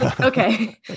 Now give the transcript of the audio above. Okay